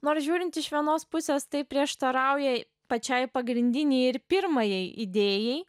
nors žiūrint iš vienos pusės tai prieštarauja pačiai pagrindinei ir pirmajai idėjai